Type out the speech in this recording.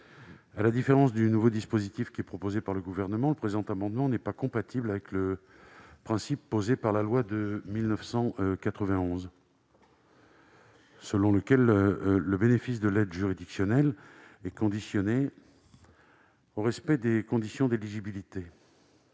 À la différence du nouveau dispositif proposé par le Gouvernement, ceux-ci ne sont en effet pas compatibles avec le principe posé par la loi de 1991 selon lequel le bénéfice de l'aide juridictionnelle est conditionné au respect des conditions d'éligibilité.